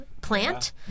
plant